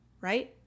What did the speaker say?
right